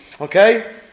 Okay